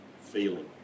feeling